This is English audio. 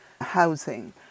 housing